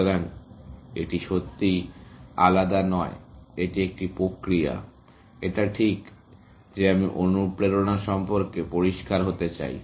সুতরাং এটি সত্যিই আলাদা নয় এটি একই প্রক্রিয়া এটা ঠিক যে আমি অনুপ্রেরণা সম্পর্কে পরিষ্কার হতে চাই